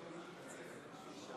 ובכן,